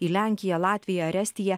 į lenkiją latviją ar estiją